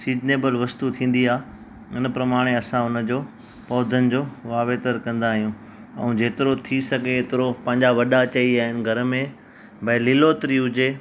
seasonable वस्तु थींदी आहे उन प्रमाणे असां उन जो पौधनि जो वावेतर कंदा आहियूं ऐं जेतिरो थी सघे एतिरो पंहिंजा वॾा चई विया आहिनि घर में भई लीलोतिरी हुजे